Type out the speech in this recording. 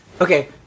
Okay